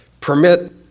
permit